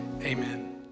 amen